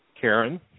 Karen